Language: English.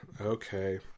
Okay